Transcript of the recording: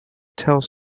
tells